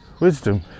Wisdom